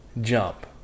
jump